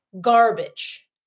garbage